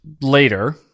later